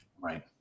right